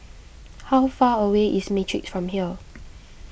how far away is Matrix from here